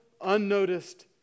unnoticed